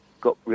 got